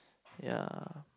ya